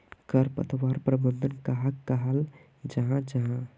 खरपतवार प्रबंधन कहाक कहाल जाहा जाहा?